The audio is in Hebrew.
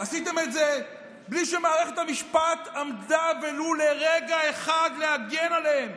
עשיתם את זה בלי שמערכת בתי המשפט עמדה ולו לרגע אחד להגן עליהן.